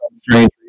strange